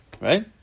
Right